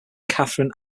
catherine